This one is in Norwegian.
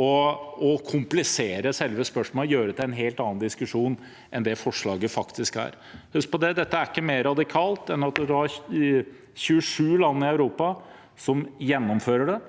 å komplisere selve spørsmålet og gjøre det til en helt annen diskusjon enn det forslaget faktisk er. Husk på at dette ikke er mer radikalt enn at man har 27 land i Europa som gjennomfører det.